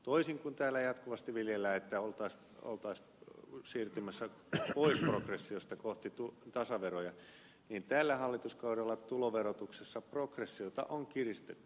toisin kuin täällä jatkuvasti viljellään että oltaisiin siirtymässä pois progressiosta kohti tasaveroja niin tällä hallituskaudella tuloverotuksessa progressiota on kiristetty